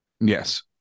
Yes